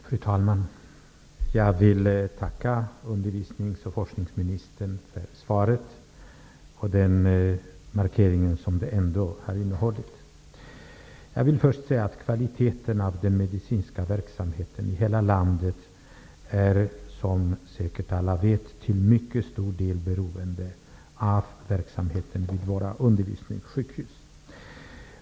Fru talman! Jag vill tacka utbildnings och forskningsministern för svaret och den markering som det ändå innehåller. Jag vill först säga att kvaliteten av den medicinska verksamheten i hela landet är som alla säkert vet till stor del beroende av verksamheten vid våra undervisningssjukhus.